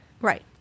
Right